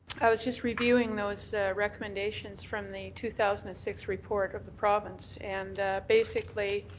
i was just reviewing those recommendations from the two thousand and six report of the province, and basically,